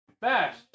Bash